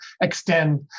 extend